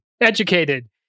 educated